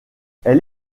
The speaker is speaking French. elle